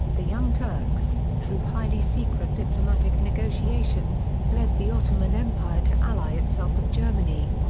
the young turks, through highly secret diplomatic negotiations, led the ottoman empire to ally itself with germany.